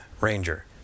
Ranger